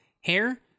hair